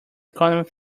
economic